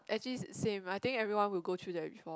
actually sa~ same I think everyone would go through that before